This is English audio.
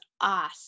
awesome